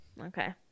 Okay